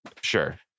Sure